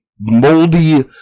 moldy